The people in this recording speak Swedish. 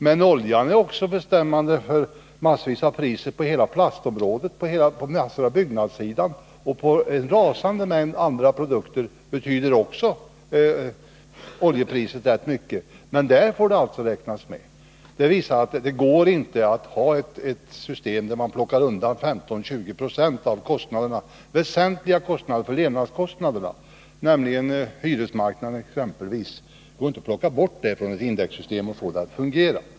Men oljan är också bestämmande för massvis av priser på hela plastområdet och på byggnadssidan, och för en mängd produkter på andra områden betyder oljepriset också rätt mycket. Där får det emellertid räknas med. Detta visar att det inte går att ha ett system, där man plockar bort 15 till 2070 av sådant som är väsentligt när det gäller levnadskostnaderna, exempelvis på hyresmarknaden. Det går inte att plocka bort detta från ett indexsystem och ändå få det att fungera.